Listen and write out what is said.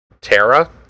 Tara